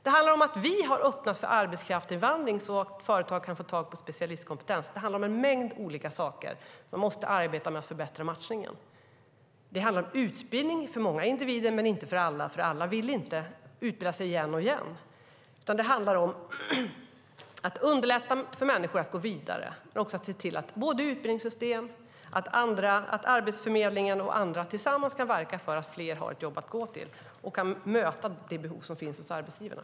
Det handlar om att vi har öppnat för arbetskraftsinvandring, så att företag kan få tag på specialistkompetens. Det handlar om en mängd olika saker. Man måste arbeta med att förbättra matchningen. Det handlar om utbildning för många individer men inte för alla, för alla vill inte utbilda sig igen och igen. Det handlar om att underlätta för människor att gå vidare men också att se till att utbildningssystem, Arbetsförmedlingen och andra tillsammans kan verka för att fler har ett jobb att gå till och möta det behov som finns hos arbetsgivarna.